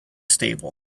stable